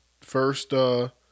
first